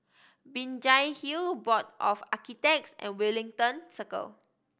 Binjai Hill Board of Architects and Wellington Circle